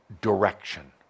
direction